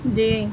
جی